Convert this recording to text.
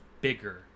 bigger